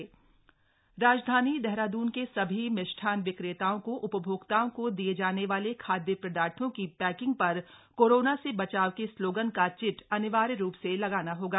खाद्य सुरक्षा विभाग राजधानी देहरादुन के सभी मिष्ठान विक्रेताओं को उपभोक्ताओं को दिये जाने वाले खाद्य पदार्थों की पक्रिंग पर कोरोना से बचाव के स्लोगन का चिट अनिवार्य रूप से लगाना होगा